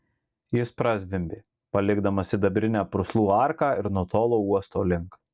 jis prazvimbė palikdamas sidabrinę purslų arką ir nutolo uosto link